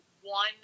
one